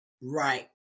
Right